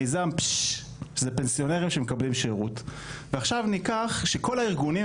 מיזם של פנסיונרים שמקבלים שירות ועכשיו ניקח שכל הארגונים,